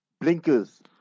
blinkers